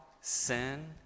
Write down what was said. sin